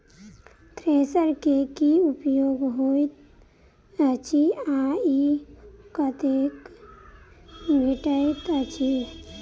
Thresher केँ की उपयोग होइत अछि आ ई कतह भेटइत अछि?